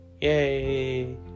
Yay